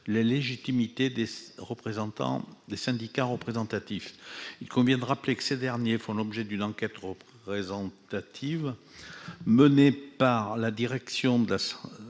la légitimité des syndicats représentatifs. Il convient de rappeler que ces derniers font l'objet d'une enquête de représentativité menée par la direction de la